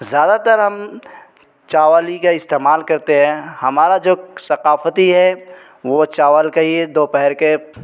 زیادہ تر ہم چاول ہی کا استعمال کرتے ہیں ہمارا جو ثقافتی ہے وہ چاول کا ہی دوپہر کے